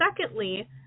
secondly